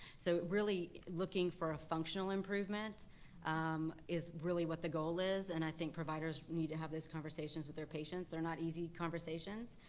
so really looking for a functional improvement um is really what the goal is, and i think providers need to have those conversations with their patients. they're not easy conversations,